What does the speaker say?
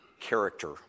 character